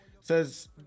says